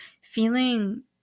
feeling